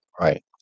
Right